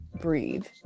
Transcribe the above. breathe